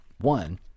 One